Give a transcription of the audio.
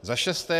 Za šesté.